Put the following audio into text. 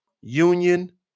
Union